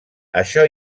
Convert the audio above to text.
això